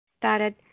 started